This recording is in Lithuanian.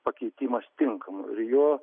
pakeitimas tinkamu ir juo